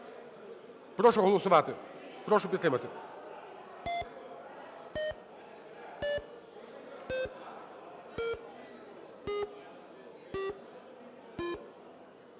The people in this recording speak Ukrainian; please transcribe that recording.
Прошу голосувати, прошу підтримати.